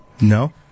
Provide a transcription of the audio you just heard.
No